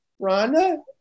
Rhonda